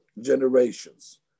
generations